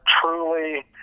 truly